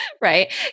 Right